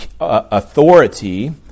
authority